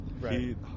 right